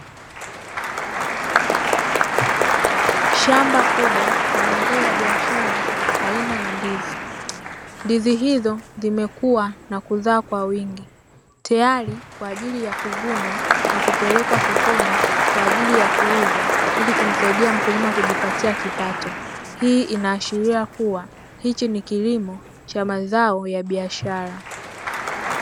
Shamba kubwa la mazao ya biashara aina ya ndizi, ndizi hizo zimekua na kuzaa kwa wingi, tayari kwa ajili ya kuvunwa na kupelekwa sokoni kwa ajili ya kuuzwa ili kumsaidia mkulima kujipatia kipato. Hii inaashiria kuwa hiki ni kilimo cha mazao ya biashara.